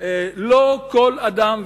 לא כל אדם,